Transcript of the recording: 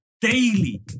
daily